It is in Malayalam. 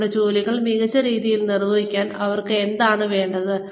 അവരുടെ ജോലികൾ മികച്ച രീതിയിൽ നിർവഹിക്കാൻ അവർക്ക് എന്താണ് വേണ്ടത്